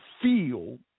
feel